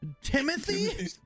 Timothy